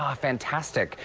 ah fantastic.